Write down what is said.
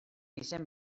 izen